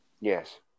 Yes